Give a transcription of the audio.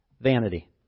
vanity